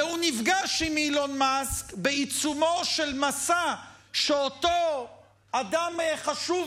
והוא נפגש עם אילון מאסק בעיצומו של מסע שאותו אדם חשוב